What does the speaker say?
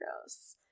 gross